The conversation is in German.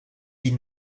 wie